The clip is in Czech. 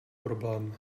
problém